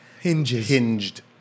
hinged